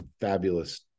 fabulous